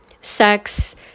sex